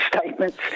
statements